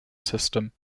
system